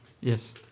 Yes